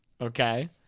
Okay